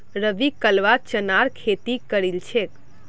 रवि कलवा चनार खेती करील छेक